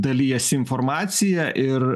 dalijasi informacija ir